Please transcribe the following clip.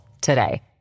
today